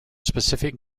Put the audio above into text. specific